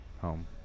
home